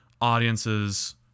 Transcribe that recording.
audiences